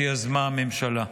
שיזמה הממשלה.